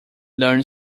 learned